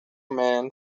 men